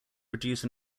produce